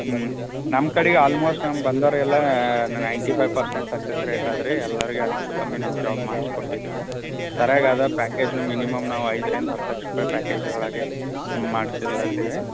ಹ್ಞೂ ನಮ್ಮ ಕಡೆಗ್ ಆಲ್ಮೋಸ್ಟ್ ನಮ್ಗೆ ಬಂದೋರೆಲ್ಲಾ ನೈನ್ಟಿ ಫೈವ್ ಪರ್ಸೆಂಟ್ ಸಕ್ಸಸ್ ರೇಟಾದ ರೀ ಎಲ್ಲಾರಿಗು ಹೆಚ್ಚು ಕಮ್ಮಿ ನಾವು ಜಾಬ್ ಮಾಡ್ಸಿ ಕೊಟ್ಟಿದೇವೆ ಸರಿಯಾಗ್ ಅದ ಪ್ಯಾಕೇಜ್ ನಿಮಗ್ ಮಿನಿಮಮ್ ನಾವು ಐದ್ರಿಂದ ಹತ್ತು ಲಕ್ಷ ರುಪಾಯ್ ಪ್ಯಾಕೇಜ್ ಒಳಗೆ ಮಾಡ್ಸಲ್ ಹತ್ತೀವಿ